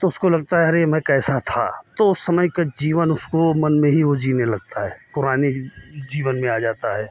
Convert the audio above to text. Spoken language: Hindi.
तो उसको लगता है अरे मैं कैसा था तो उस समय का जीवन उसको मन में ही वो जीने लगता है पुरानी जीवन में आ जाता है